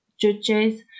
judges